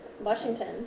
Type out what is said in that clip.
Washington